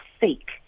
fake